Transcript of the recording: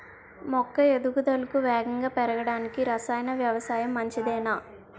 మొక్క ఎదుగుదలకు వేగంగా పెరగడానికి, రసాయన వ్యవసాయం మంచిదేనా?